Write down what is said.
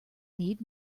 need